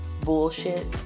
bullshit